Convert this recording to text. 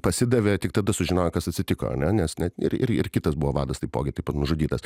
pasidavė tik tada sužinojo kas atsitiko nes net ir ir kitas buvo vadas taipogi taip pat nužudytas